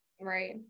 Right